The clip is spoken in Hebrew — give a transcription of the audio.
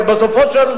רוברט אילטוב,